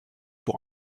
pour